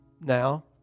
now